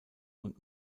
und